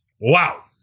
Wow